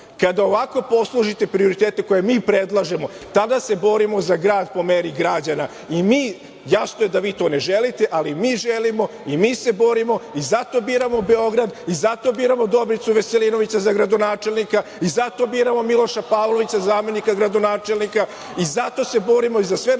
Kada ovako posložite prioritete koji mi predlažemo, tada se borimo za grad po meri građana i jasno je da vi to ne želite, ali mi želimo i mi se borimo i zato biramo Beograd i zato biramo Dobricu Veselinovića za gradonačelnika i zato biramo Miloša Pavlovića za zamenika gradonačelnika i zato se borimo za sve naše